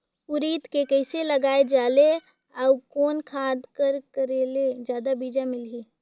उरीद के कइसे लगाय जाले अउ कोन खाद कर करेले जादा बीजा मिलही?